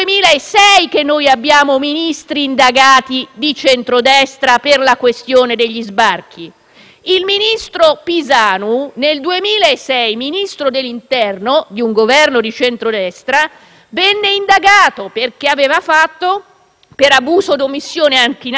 Il ministro Pisanu, Ministro dell'interno di un Governo di centrodestra, nel 2006 venne indagato per abuso e omissione in atti d'ufficio, perché alcuni deputati di centrosinistra, in modo particolare di Rifondazione,